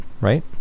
right